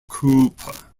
cooper